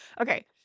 Okay